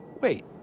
wait